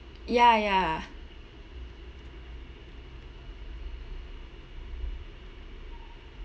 ya ya